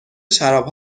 شراب